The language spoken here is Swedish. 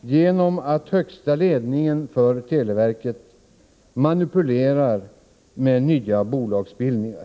genom att den högsta ledningen för televerket manipulerar med nya bolagsbildningar.